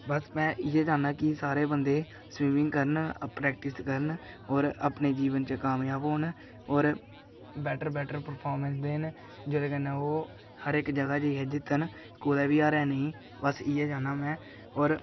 बस में इ'यै चाह्न्नां कि सारे बंदे स्विमिंग करन प्रैक्टिस करन होर अपने जीवन च कामजाब होन होर बेटर बेटर परफॉर्म करदे न जेह्दे कन्नै ओह् हर इक जगह् जाइयै जित्तन कुदै बी हारे नेईं बस इ'यै चाह्न्नां में